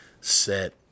set